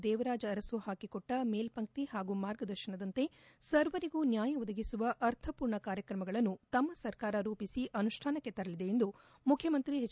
ದೇವರಾಜ ಅರಸು ಹಾಕಿಕೊಟ್ಟ ಮೇಲ್ಪಂಕ್ತಿ ಹಾಗೂ ಮಾರ್ಗದರ್ಶನದಂತೆ ಸರ್ವರಿಗೂ ನ್ಯಾಯ ಒದಗಿಸುವ ಅರ್ಥಪೂರ್ಣ ಕಾರ್ಯಕ್ರಮಗಳನ್ನು ತಮ್ನ ಸರ್ಕಾರ ರೂಪಿಸಿ ಅನುಷ್ಲಾನಕ್ಕೆ ತರಲಿದೆ ಎಂದು ಮುಖ್ಯಮಂತ್ರಿ ಹೆಚ್